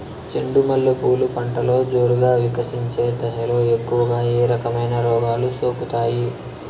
చెండు మల్లె పూలు పంటలో జోరుగా వికసించే దశలో ఎక్కువగా ఏ రకమైన రోగాలు సోకుతాయి?